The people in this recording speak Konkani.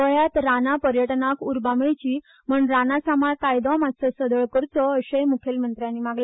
गोयांत रानां पर्यटनां उर्बा मेळची म्हण रानां सांबाळ कायदो मात्सो सदळ करचो अशें मुखेलमंत्र्यानी मागला